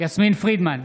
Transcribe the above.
יסמין פרידמן,